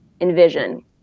envision